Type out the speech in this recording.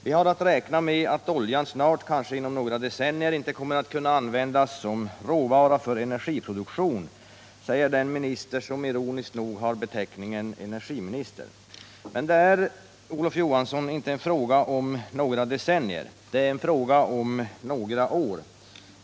”Vi har att räkna med att oljan snart — kanske inom några decennier —- inte kommer att användas som råvara för energiproduktion”, säger den minister som ironiskt nog har beteckningen energiminister. Men det är, Olof Johansson, inte fråga om några decennier. Det är fråga om några år.